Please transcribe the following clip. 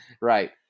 Right